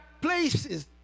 places